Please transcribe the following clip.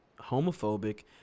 homophobic